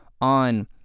on